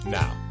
now